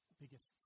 biggest